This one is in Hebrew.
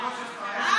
ההבטחות שלך, איפה זה?